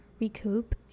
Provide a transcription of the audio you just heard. recoup